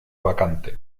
vacante